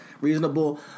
reasonable